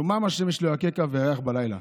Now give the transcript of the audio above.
יומם השמש לא יככה וירח בלילה.